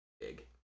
big